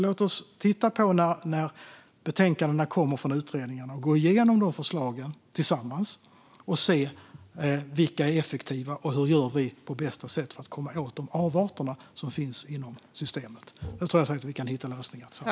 Låt oss titta när betänkandena kommer från utredningen och gå igenom de förslagen tillsammans och se vilka som är effektiva och hur vi gör på bästa sätt för att komma åt de avarter som finns inom systemet. Jag tror säkert att vi kan hitta lösningar tillsammans.